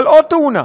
על עוד תאונה,